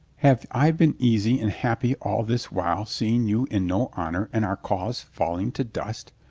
have i been easy and happy all this while seeing you in no honor and our cause falling to dust?